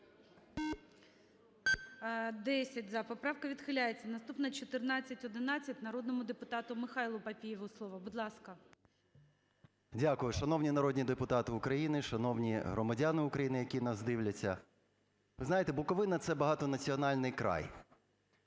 М.М. Дякую. Шановні народні депутати України, шановні громадяни України, які нас дивляться, ви знаєте, Буковина – це багатонаціональний край,